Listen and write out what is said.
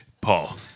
Paul